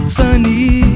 Sunny